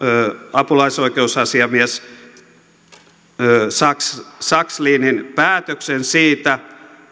apulaisoikeusasiamies sakslinin päätöksen siitä